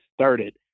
started